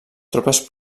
tropes